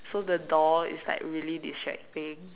so the door is like really distracting